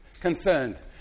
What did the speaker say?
concerned